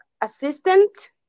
assistant